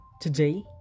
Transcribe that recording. Today